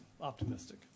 optimistic